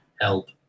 help